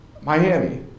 Miami